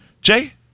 Jay